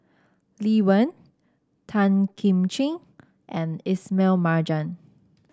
Lee Wen Tan Kim Ching and Ismail Marjan